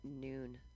noon